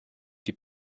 die